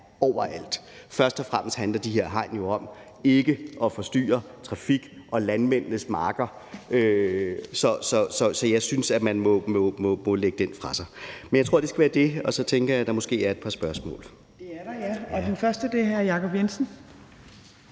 overalt, og først og fremmest handler de her hegn jo om ikke at forstyrre trafik og landmændenes marker. Så jeg synes, at man må lægge den fra sig. Men jeg tror, det skal være det, og så tænker jeg, at der måske er et par spørgsmål. Kl. 12:15 Tredje næstformand (Trine Torp): Det